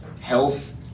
health